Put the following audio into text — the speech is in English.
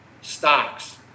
stocks